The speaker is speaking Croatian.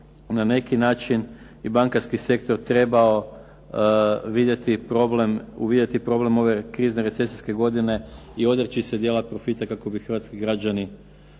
na neki način i bankarski sektor trebao uvidjeti problem ove krizne recesijske godine i odreći se dijela profita kako bi hrvatski građani što